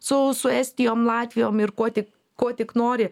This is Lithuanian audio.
su su estijom latvijom ir kuo tik kuo tik nori